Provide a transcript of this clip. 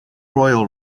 royal